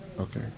Okay